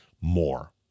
more